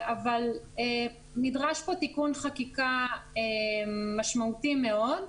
אבל נדרש פה תיקון חקיקה משמעותי מאוד,